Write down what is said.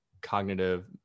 cognitive